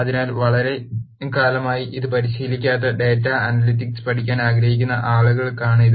അതിനാൽ വളരെക്കാലമായി ഇത് പരിശീലിക്കാത്ത ഡാറ്റാ അനലിറ്റിക്സ് പഠിക്കാൻ ആഗ്രഹിക്കുന്ന ആളുകൾക്കാണ് ഇത്